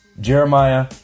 Jeremiah